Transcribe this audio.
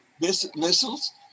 missiles